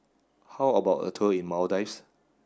how about a tour in Maldives